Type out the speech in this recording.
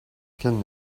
qu’elles